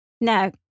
No